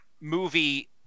movie